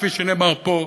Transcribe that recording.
כפי שנאמר פה,